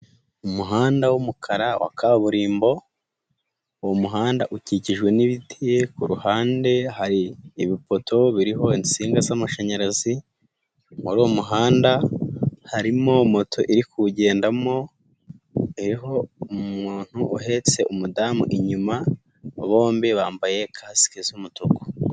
Umuhanda w'umukara wa kaburimbo, uwo muhanda ukikijwe n'ibiti, ku ruhande hari ibifoto biriho insinga z'amashanyarazi, muri uwo muhanda harimo moto iri kuwugendamo iriho umuntu uhetse umudamu inyuma, bombi bambaye kasike z'umutuku.